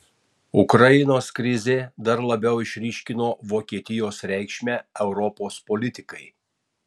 ukrainos krizė dar labiau išryškino vokietijos reikšmę europos politikai